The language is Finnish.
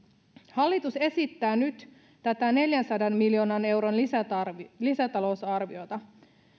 hallitus esittää nyt tätä neljänsadan miljoonan euron lisätalousarviota lisätalousarviota